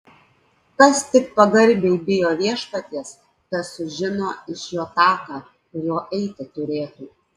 kas tik pagarbiai bijo viešpaties tas sužino iš jo taką kuriuo eiti turėtų